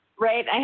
right